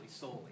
solely